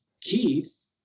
Keith